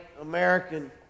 American